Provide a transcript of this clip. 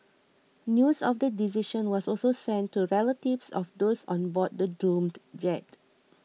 news of the decision was also sent to relatives of those on board the doomed jet